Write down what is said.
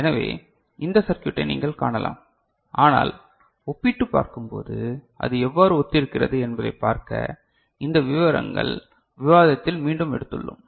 எனவே இந்த சர்க்யூட்டை நீங்கள் காணலாம் ஆனால் ஒப்பிட்டுப் பார்க்கும்போது அது எவ்வாறு ஒத்திருக்கிறது என்பதைப் பார்க்க இந்த விவரங்கள் விவாதத்தில் மீண்டும் எடுத்துள்ளோம்